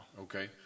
Okay